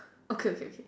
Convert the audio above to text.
okay okay okay